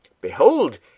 Behold